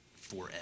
forever